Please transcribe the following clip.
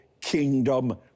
kingdom